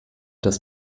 das